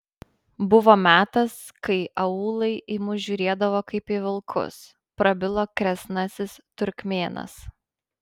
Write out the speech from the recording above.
buvo metas kai aūlai į mus žiūrėdavo kaip į vilkus prabilo kresnasis turkmėnas